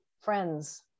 friends